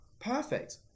Perfect